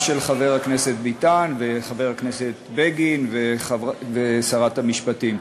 גם של חבר הכנסת ביטן וחבר הכנסת בגין ושרת המשפטים.